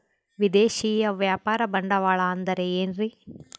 ವಿದೇಶಿಯ ವ್ಯಾಪಾರ ಬಂಡವಾಳ ಅಂದರೆ ಏನ್ರಿ?